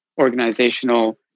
organizational